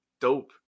dope